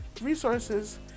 resources